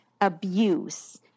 abuse